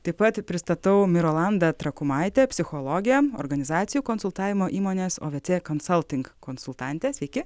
taip pat pristatau mirolandą trakumaitę psichologę organizacijų konsultavimo įmonės ovc consulting konsultantė sveiki